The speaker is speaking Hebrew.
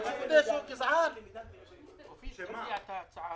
רק אל תגיד שמוכרחים כי אם מוכרחים אז תביאו את מה שהיה צריך,